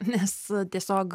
nes tiesiog